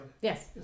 Yes